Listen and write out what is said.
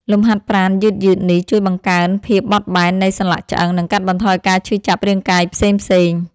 លំហាត់ប្រាណយឺតៗនេះ ជួយបង្កើនភាពបត់បែននៃសន្លាក់ឆ្អឹង និងកាត់បន្ថយការឈឺចាប់រាងកាយផ្សេងៗ។